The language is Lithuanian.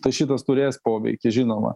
tai šitas turės poveikį žinoma